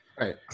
Right